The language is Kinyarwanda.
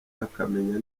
akamenya